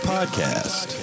Podcast